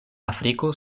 afriko